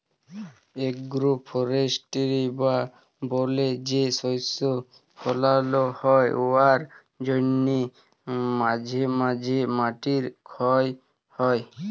agro forestry বা বলে যে শস্য ফলাল হ্যয় উয়ার জ্যনহে মাঝে ম্যধে মাটির খ্যয় হ্যয়